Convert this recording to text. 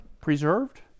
Preserved